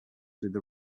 through